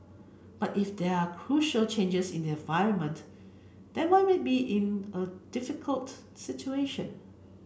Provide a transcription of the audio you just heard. but if there are crucial changes in the environment then we might be in a difficult situation